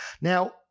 Now